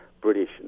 British